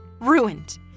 ruined